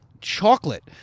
chocolate